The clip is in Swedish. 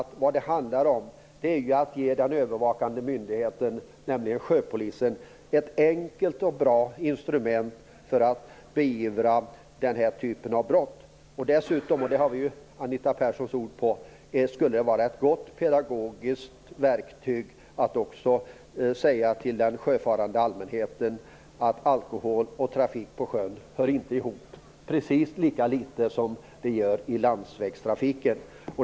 Det handlar ju om att ge den övervakande myndigheten, nämligen sjöpolisen, ett enkelt och bra instrument för att beivra den här typen av brott. Dessutom - och det har vi ju Anita Perssons ord på - skulle det vara ett gott pedagogiskt verktyg att säga till den sjöfarande allmänheten att alkohol och trafik på sjön inte hör ihop, precis lika litet som det gör i landsvägstrafiken.